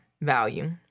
value